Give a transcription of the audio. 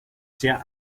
sehr